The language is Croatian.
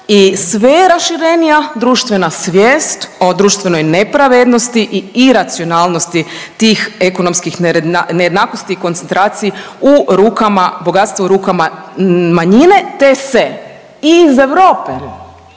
i sve je raširenija društvena svijest o društvenoj nepravednosti i iracionalnosti tih ekonomskih nejednakosti i koncentraciji u rukama, bogatstva u rukama manjine te se i iz Europe